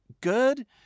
good